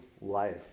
life